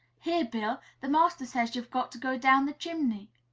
here, bill! the master says you've got to go down the chimney!